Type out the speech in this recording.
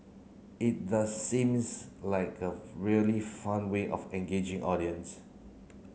it does seems like a really fun way of engaging audience